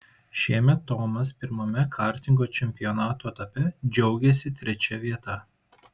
šiemet tomas pirmame kartingo čempionato etape džiaugėsi trečia vieta